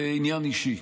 לעניין אישי,